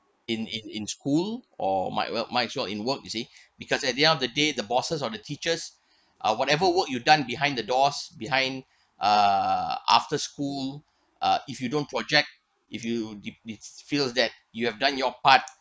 in in in school or might well might as well in work you see because at the end of the day the bosses or the teachers uh whatever work you've done behind the doors behind uh after school uh if you don't project if you if it's feels that you have done your part